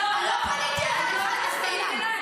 את פנית אליי, את הסתכלת עליי.